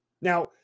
Now